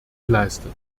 geleistet